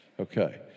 Okay